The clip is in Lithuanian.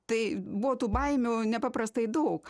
tai buvo tų baimių nepaprastai daug